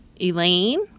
Elaine